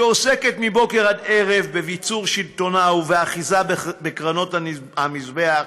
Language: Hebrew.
שעוסקת מבוקר עד ערב בביצור שלטונה ובאחיזה בקרנות המזבח,